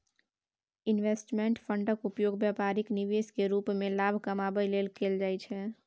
investment फंडक उपयोग बेपारिक निवेश केर रूप मे लाभ कमाबै लेल कएल जाइ छै